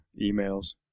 emails